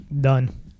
Done